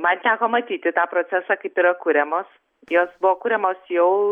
man teko matyti tą procesą kaip yra kuriamos jos buvo kuriamos jau